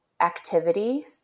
activity